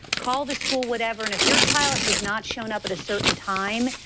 call the school whatever, and if your child has not shown up at a certain time,